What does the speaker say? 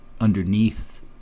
underneath